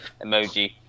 emoji